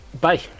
Bye